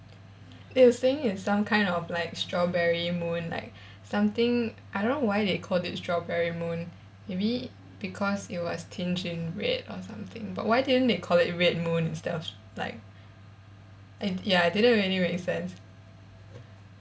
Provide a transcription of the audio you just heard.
they were saying it's some kind of like strawberry moon like something I don't know why they call it strawberry moon maybe because it was tinge in red or something but why didn't they call it red moon instead of like it ya didn't really make sense